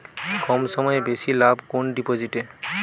কম সময়ে বেশি লাভ কোন ডিপোজিটে?